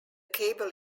cable